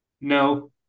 No